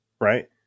Right